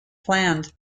planned